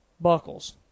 Buckles